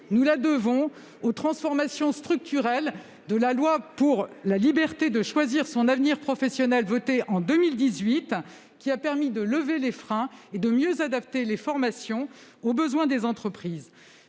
dynamique aux transformations structurelles de la loi pour la liberté de choisir son avenir professionnel, votée en 2018, qui a permis de lever les freins et de mieux adapter les formations aux besoins des entreprises.